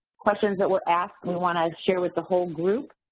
questions that were asked, we wanna share with the whole group.